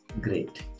Great